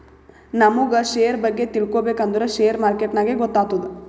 ನಮುಗ್ ಶೇರ್ ಬಗ್ಗೆ ತಿಳ್ಕೋಬೇಕ್ ಅಂದುರ್ ಶೇರ್ ಮಾರ್ಕೆಟ್ನಾಗೆ ಗೊತ್ತಾತ್ತುದ